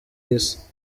isi